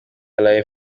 live